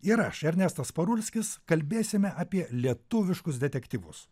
ir aš ernestas parulskis kalbėsime apie lietuviškus detektyvus